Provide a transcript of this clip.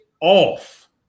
off